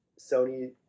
Sony